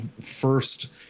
first